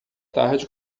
tarde